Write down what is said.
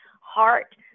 heart